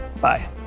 Bye